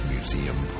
Museum